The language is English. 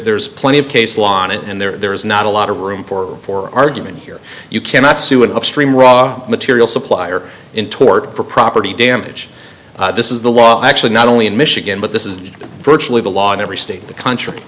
there's plenty of case law on it and there's not a lot of room for for argument here you cannot sue an upstream raw material supplier in tort for property damage this is the law actually not only in michigan but this is virtually the law in every state in the country